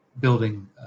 building